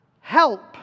help